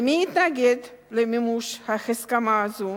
ומי התנגד למימוש הסכמה זו?